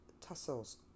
tassels